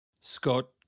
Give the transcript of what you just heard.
Scott